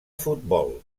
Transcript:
futbol